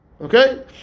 Okay